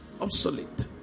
obsolete